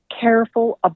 careful